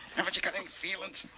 haven't you got any feelings?